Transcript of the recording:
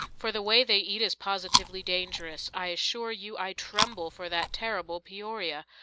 for the way they eat is positively dangerous i assure you i tremble for that terrible peoria.